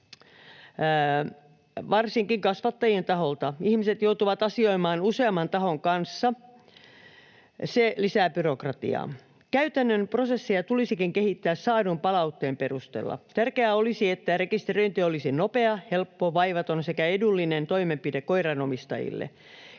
varsinkin kasvattajien taholta. Ihmiset joutuvat asioimaan useamman tahon kanssa. Se lisää byrokratiaa. Käytännön prosesseja tulisikin kehittää saadun palautteen perusteella. Tärkeää olisi, että rekisteröinti olisi nopea, helppo, vaivaton sekä edullinen toimenpide koiranomistajille.